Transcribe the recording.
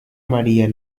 maría